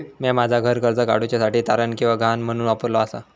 म्या माझा घर कर्ज काडुच्या साठी तारण किंवा गहाण म्हणून वापरलो आसा